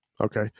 okay